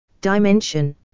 Dimension